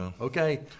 Okay